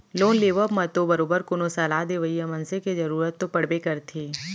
loan लेवब म तो बरोबर कोनो सलाह देवइया मनसे के जरुरत तो पड़बे करथे